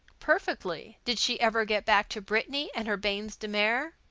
perfectly. did she ever get back to brittany and her bains de mer?